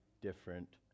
different